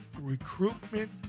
recruitment